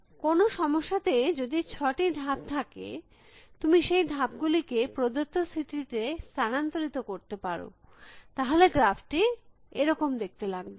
সুতরাং কোনো সমস্যাতে যদি ছটি ধাপ থাকে তুমি সেই ধাপ গুলিকে প্রদত্ত স্থিতিতে স্থানান্তরিত করতে পারো তাহলে গ্রাফটি এরকম দেখতে লাগবে